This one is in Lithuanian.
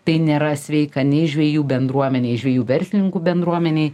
tai nėra sveika nei žvejų bendruomenei žvejų verslininkų bendruomenei